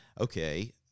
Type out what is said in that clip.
okay